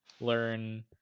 learn